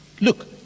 Look